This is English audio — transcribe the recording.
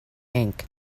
pink